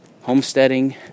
homesteading